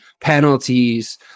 penalties